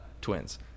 Twins